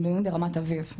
מילואים ברמת אביב,